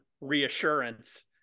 reassurance